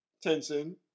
tension